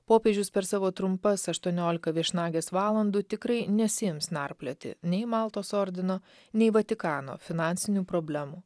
popiežius per savo trumpas aštuoniolika viešnagės valandų tikrai nesiims narplioti nei maltos ordino nei vatikano finansinių problemų